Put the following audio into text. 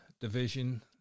division